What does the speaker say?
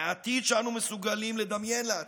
מהעתיד שאנו מסוגלים לדמיין לעצמנו.